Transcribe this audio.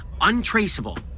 untraceable